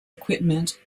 equipment